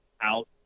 out